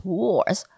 wars